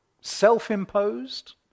Self-imposed